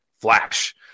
flash